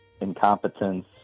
incompetence